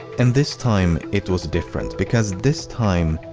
and, this time, it was different because, this time,